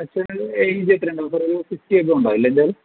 അച്ഛൻ്റെ എയ്ജ് എത്ര ഉണ്ടാവും സാറെ ഒരു ഫിഫ്റ്റി എബോവ് ഉണ്ടാവില്ലേ എന്തായാലും